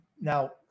Now